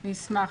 אני אשמח.